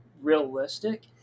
realistic